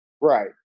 Right